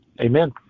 Amen